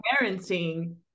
parenting